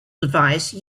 device